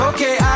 Okay